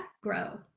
grow